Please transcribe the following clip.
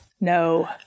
no